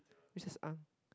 Mrs Ang